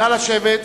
נא לשבת,